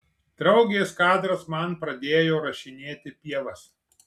draugės kadras man pradėjo rašinėti pievas